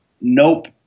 nope